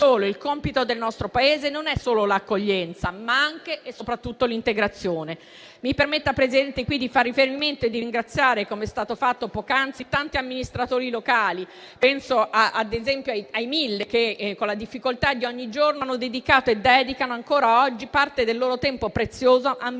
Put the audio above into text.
il compito del nostro Paese non è solo l'accoglienza, ma anche e soprattutto l'integrazione. Mi permetta, Presidente, di fare riferimento e di ringraziare, come è stato fatto poc'anzi, tanti amministratori locali. Penso ad esempio ai mille che, con le difficoltà di ogni giorno, hanno dedicato e dedicano ancora oggi parte del loro tempo prezioso a migliorare